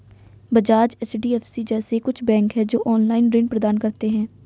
Bajaj, HDFC जैसे कुछ bank है, जो ऑनलाईन ऋण प्रदान करते हैं